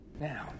Now